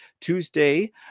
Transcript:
Tuesday